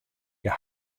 hja